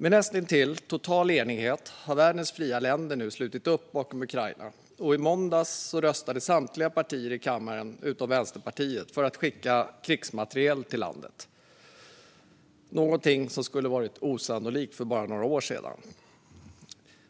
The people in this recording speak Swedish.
Med näst intill total enighet har världens fria länder nu slutit upp bakom Ukraina, och i måndags röstade samtliga partier i kammaren utom Vänsterpartiet för att skicka krigsmateriel till landet - någonting som skulle ha varit osannolikt för bara några år sedan.